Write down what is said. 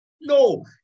No